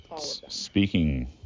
speaking